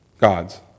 gods